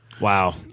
Wow